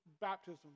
baptism